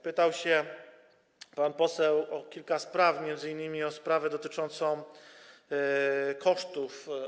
Pytał się pan poseł o kilka spraw, m.in. o sprawę dotyczącą kosztów.